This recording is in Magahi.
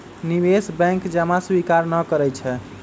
निवेश बैंक जमा स्वीकार न करइ छै